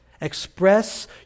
Express